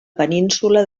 península